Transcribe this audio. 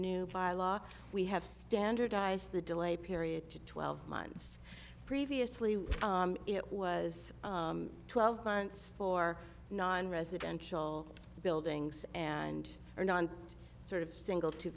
new law we have standardized the delay period to twelve months previously it was twelve months for non residential buildings and are non sort of single to